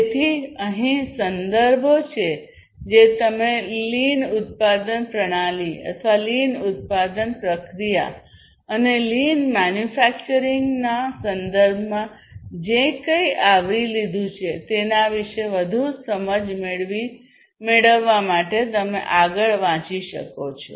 તેથી અહીં સંદર્ભો છે જે તમે લીન ઉત્પાદન પ્રણાલી લીન ઉત્પાદન પ્રક્રિયા અને લીન મેન્યુફેક્ચરીંગના સંદર્ભમાં જે કંઇ આવરી લીધું છે તેના વિશે વધુ સમજ મેળવવા માટે તમે આગળ વધી શકો છો